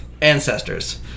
ancestors